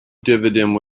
dividend